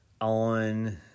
on